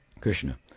Krishna